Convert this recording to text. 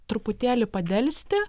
truputėlį padelsti